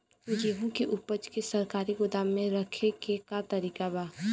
गेहूँ के ऊपज के सरकारी गोदाम मे रखे के का तरीका बा?